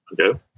Okay